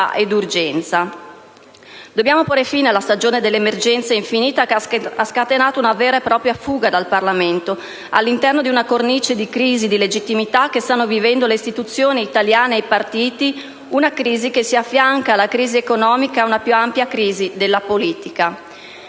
ed urgenza. Dobbiamo porre fine alla stagione dell'emergenza infinita che ha scatenato una vera e propria «fuga dal Parlamento», all'interno di una cornice di crisi di legittimità che stanno vivendo le istituzioni italiane e i partiti, una crisi che si affianca alla crisi economica e a una più ampia crisi della politica.